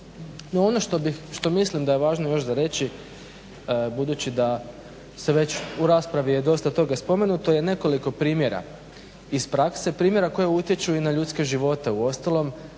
ono što mislim da je važno još za reći budući da se već u raspravi je dosta toga spomenuto je nekoliko primjera iz prakse, primjera koji utječu i na ljudske živote, uostalom